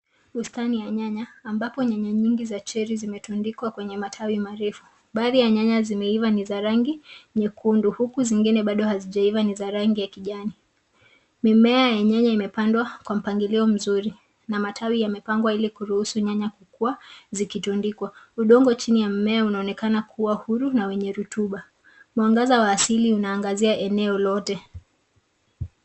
Bustani ya nyanya ambapo nyanya nyingi za cherry zimetundikwa kwenye matawi marefu. Baadhi ya nyanya zimeiva ni za rangi nyekundu huku zingine bado hazijaiva ni za rangi ya kijani. Mimea ya nyanya imepandwa kwa mpangilio mzuri na matawi yamepangwa ili kuruhusu nyanya kukua zikitundikwa. Udongo chini ya mmea unaonekana kuwa huru na wenye rutuba. Mwangaza wa asili unaangazia eneo lote.